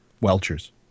Welchers